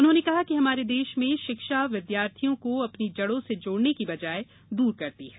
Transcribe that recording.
उन्होंने कहा कि हमारे देश में शिक्षा विद्यार्थियों को अपनी जड़ो से जोड़ने की बजाय दूर करती है